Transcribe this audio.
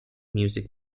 music